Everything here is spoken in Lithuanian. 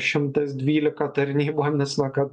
šimtas dvylika tarnybomis na kad